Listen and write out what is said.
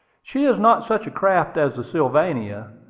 she is not such a craft as the sylvania,